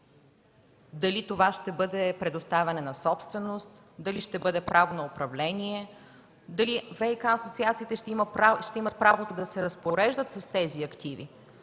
Дали това ще бъде предоставяне на собственост, дали ще бъде право на управление, дали ВиК асоциациите ще имат право да се разпореждат с тези активи?